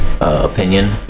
opinion